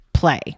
play